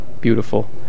beautiful